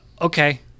okay